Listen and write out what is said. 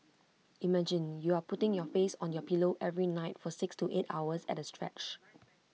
imagine you're putting your face on your pillow every night for six to eight hours at A stretch